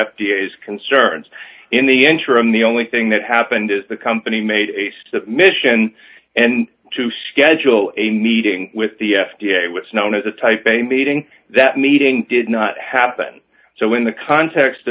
has concerns in the interim the only thing that happened is the company made a submission and to schedule a meeting with the f d a what's known as a type a meeting that meeting did not happen so in the context